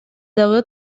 дагы